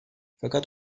fakat